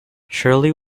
shirley